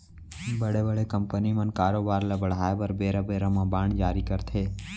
बड़े बड़े कंपनी मन कारोबार ल बढ़ाय बर बेरा बेरा म बांड जारी करथे